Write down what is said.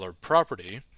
property